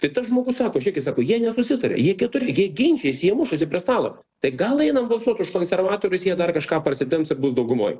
tai tas žmogus sako žiūrėkit sako jie nesusitaria jie keturi jie ginčijasi jie mušasi prie stalo tai gal einam balsuot už konservatorius jie dar kažką parsitemps ir bus daugumoj